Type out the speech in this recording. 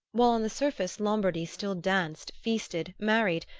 while on the surface lombardy still danced, feasted, married,